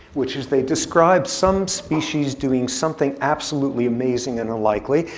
which is they'd describe some species doing something absolutely amazing and unlikely,